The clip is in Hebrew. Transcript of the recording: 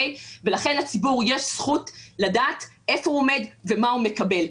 ולכן לציבור יש זכות לדעת איפה הוא עומד ומה הוא מקבל.